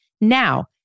now